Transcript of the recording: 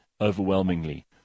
overwhelmingly